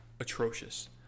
atrocious